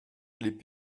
les